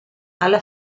alla